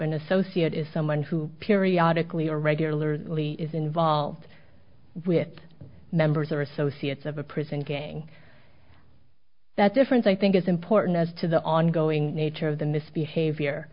an associate is someone who periodically or regularly is involved with members or associates of a prison gang that difference i think is important as to the ongoing nature of the misbehavior